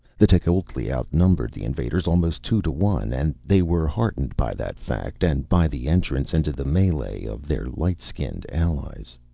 the tecuhltli outnumbered the invaders almost two to one, and they were heartened by that fact and by the entrance into the melee of their light-skinned allies.